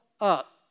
up